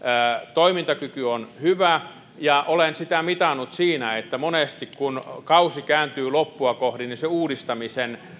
toimintakyky on hyvä ja olen sitä mitannut sillä että monesti kun kausi kääntyy loppua kohden uudistamisen